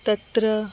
तत्र